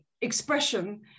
expression